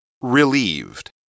Relieved